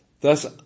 Thus